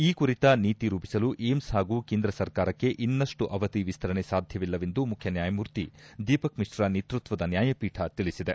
ಈ ಕುರಿತ ನೀತಿ ರೂಪಿಸಲು ಏಮ್ಸ್ ಹಾಗೂ ಕೇಂದ್ರ ಸರ್ಕಾರಕ್ಕೆ ಇನ್ನಷ್ಟು ಅವಧಿ ವಿಸ್ತರಣೆ ಸಾಧ್ಯವಿಲ್ಲವೆಂದು ಮುಖ್ಯ ನ್ಯಾಯಮೂರ್ತಿ ದೀಪಕ್ ಮಿಶ್ರಾ ನೇತೃತ್ವದ ನ್ಯಾಯಪೀಠ ತಿಳಿಸಿದೆ